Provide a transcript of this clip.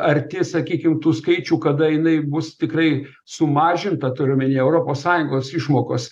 arti sakykim tų skaičių kada jinai bus tikrai sumažinta turiu omeny europos sąjungos išmokos